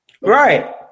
Right